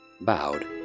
bowed